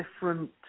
different